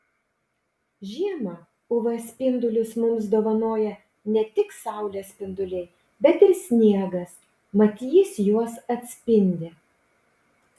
žiemą uv spindulius mums dovanoja ne tik saulės spinduliai bet ir sniegas mat jis juos atspindi